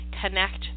connect